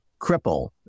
cripple